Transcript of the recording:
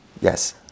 Yes